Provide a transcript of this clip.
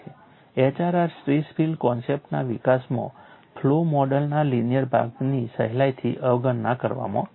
HRR stress field કન્સેપ્ટના વિકાસમાં flow મોડેલના લિનિયર ભાગની સહેલાઇથી અવગણના કરવામાં આવે છે